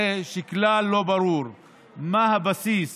הרי שכלל לא ברור מה הבסיס